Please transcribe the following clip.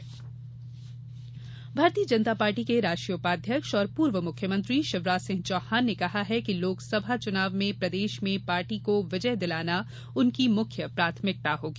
शिवराज बयान भारतीय जनता पार्टी के राष्ट्रीय उपाध्यक्ष और पूर्व मुख्यमंत्री शिवराज सिंह चौहान ने कहा है कि लोकसभा चुनाव में प्रदेश में पार्टी को विजय दिलाना उनकी मुख्य प्राथमिकता होगी